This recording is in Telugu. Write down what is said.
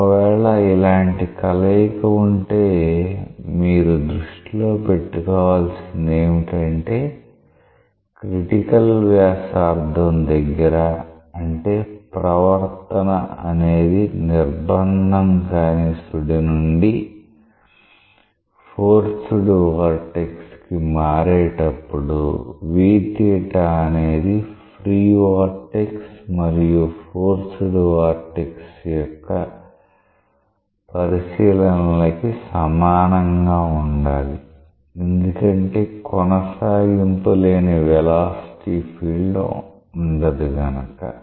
ఒకవేళ ఇలాంటి కలయిక ఉంటే మీరు దృష్టిలో పెట్టుకోవాల్సింది ఏమిటంటే క్రిటికల్ వ్యాసార్థం దగ్గర అంటే ప్రవర్తన అనేది నిర్బంధం కాని సుడి నుండి ఫోర్స్డ్ వొర్టెక్స్ కి మారేటప్పుడు అనేది ఫ్రీ వొర్టెక్స్ మరియు ఫోర్స్డ్ వొర్టెక్స్ యొక్క పరిశీలనలనలకి సమానంగా ఉండాలి ఎందుకంటే కొనసాగింపులేని వెలాసిటీ ఫీల్డ్ ఉండదు కనుక